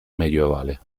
medioevale